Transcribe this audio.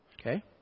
Okay